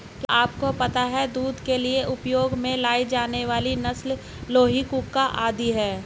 क्या आपको पता है दूध के लिए उपयोग में लाई जाने वाली नस्ल लोही, कूका आदि है?